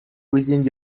within